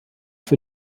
für